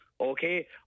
okay